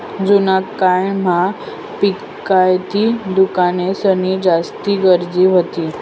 जुना काय म्हा किफायती दुकानेंसनी जास्ती गरज व्हती